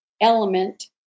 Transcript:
element